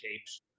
Capes